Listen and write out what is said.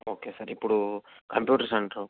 okay sir ఇప్పుడు computer centre